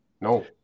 No